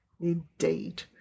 Indeed